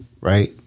right